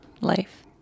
life